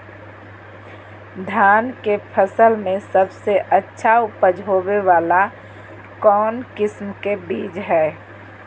धान के फसल में सबसे अच्छा उपज होबे वाला कौन किस्म के बीज हय?